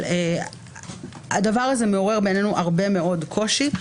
אבל הדבר הזה מעורר, בעינינו, הרבה מאוד קושי.